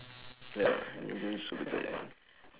ya yeah man super tired man